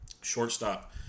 Shortstop